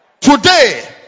Today